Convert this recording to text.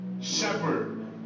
Shepherd